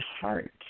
heart